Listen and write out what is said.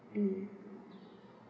mm